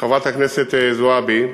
חברת הכנסת זועבי,